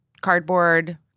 cardboard